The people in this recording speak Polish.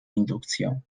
indukcją